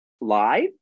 Live